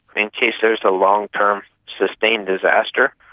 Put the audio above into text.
in case there is a long-term sustained disaster.